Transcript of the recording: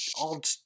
odd